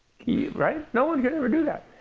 right? no one can ever do that.